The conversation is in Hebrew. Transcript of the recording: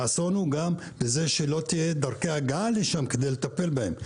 האסון הוא גם בזה שלא יהיו דרכי הגעה לשם כדי לטפל בהם.